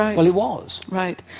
well, it was. right,